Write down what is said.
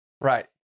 Right